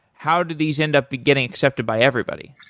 how do these end up be getting accepted by everybody?